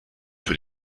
für